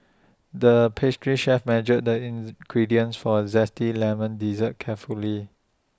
the pastry chef measured the ins gradients for A Zesty Lemon Dessert carefully